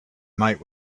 night